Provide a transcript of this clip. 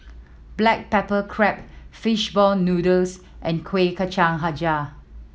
black pepper crab fish ball noodles and Kuih Kacang Hijau